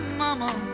mama